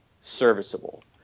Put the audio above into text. serviceable